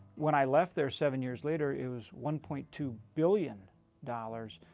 when i left there seven years later, it was one point two billion dollars.